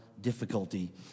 difficulty